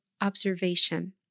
observation